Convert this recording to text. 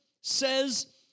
says